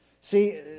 See